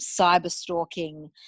cyber-stalking